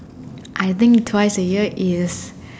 I think twice a year is